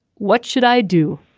what should i do